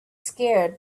scared